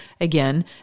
again